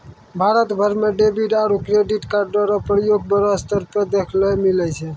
भारत भर म डेबिट आरू क्रेडिट कार्डो र प्रयोग बड़ो स्तर पर देखय ल मिलै छै